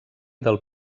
del